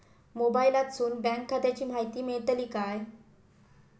मोबाईलातसून बँक खात्याची माहिती मेळतली काय?